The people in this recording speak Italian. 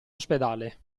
ospedale